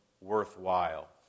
worthwhile